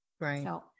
Right